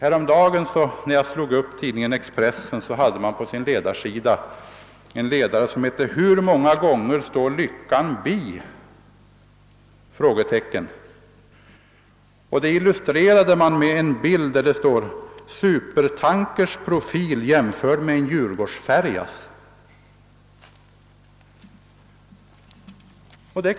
När jag häromdagen slog upp tidningen Expressen stod där en ledare under rubriken Hur många gånger står lyckan bi?, och ledaren illustrerades med en bild under vilken det stod: Supertankers profil jämförd med en Djurgårdsfärjas.